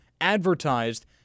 advertised